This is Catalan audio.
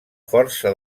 força